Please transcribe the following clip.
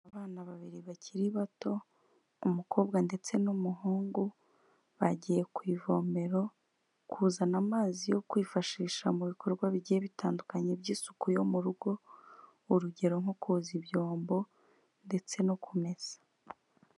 Abana babiri bakiri bato, umukobwa ndetse n'umuhungu bagiye ku ivomero kuzana amazi yo kwifashisha mu bikorwa bigiye bitandukanye by'isuku yo mu rugo, urugero nko koza ibyombo ndetse no kumesa.